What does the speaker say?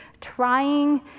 trying